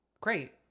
Great